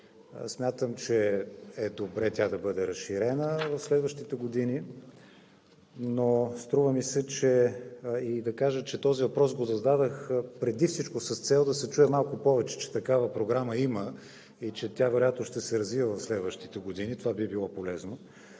Смятам, че е добре тя да бъде разширена в следващите години. Този въпрос го зададох преди всичко с цел да се чуе малко повече, че такава програма има и че тя вероятно ще се развива в следващите години – това би било полезно.